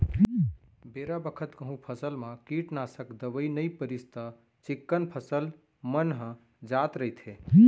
बेरा बखत कहूँ फसल म कीटनासक दवई नइ परिस त चिक्कन फसल मन ह जात रइथे